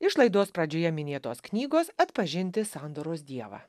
iš laidos pradžioje minėtos knygos atpažinti sandoros dievą